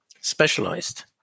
specialized